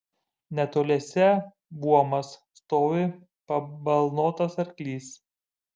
netoliese buomas stovi pabalnotas arklys